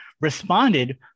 responded